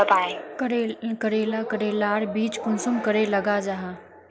करेला करेलार बीज कुंसम करे लगा जाहा?